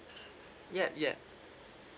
yeah yeah